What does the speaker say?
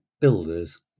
builders